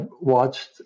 watched